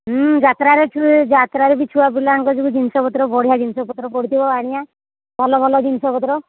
ଯାତ୍ରାରେ ଯାତ୍ରାରେ ବି ଛୁଆ ପିଲାଙ୍କ ଯଦି ବି ଜିନିଷପତ୍ର ବଢ଼ିଆ ଜିନିଷପତ୍ର ପଡ଼ିଥିବ ଆଣିବା ଭଲ ଭଲ ଜିନିଷପତ୍ର